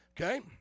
Okay